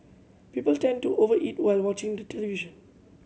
people tend to over eat while watching the television